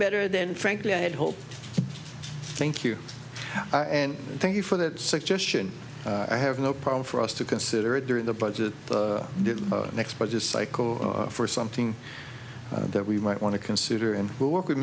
better than frankly i had hoped thank you and thank you for that suggestion i have no problem for us to consider it through the budget for the next budget cycle or for something that we might want to consider and work with